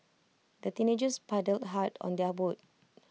the teenagers paddled hard on their boat